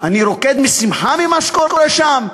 אני רוקד משמחה על מה שקורה שם?